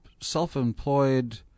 self-employed